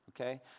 Okay